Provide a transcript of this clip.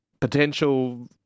potential